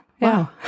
Wow